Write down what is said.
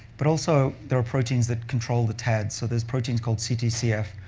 but also, there are proteins that control the tads. so there's proteins called ctcf.